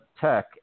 tech